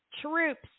troops